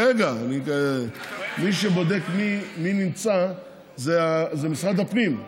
רגע, מי שבודק מי נמצא זה משרד הפנים,